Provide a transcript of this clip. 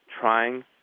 trying